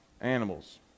animals